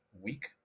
week